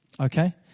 Okay